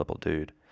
dude